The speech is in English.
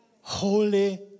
Holy